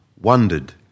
wondered